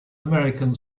american